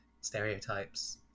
stereotypes